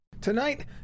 Tonight